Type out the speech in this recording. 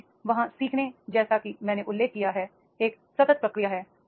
अंत में वहाँ सीखने जैसा कि मैंने उल्लेख किया है एक सतत प्रक्रिया है